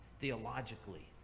theologically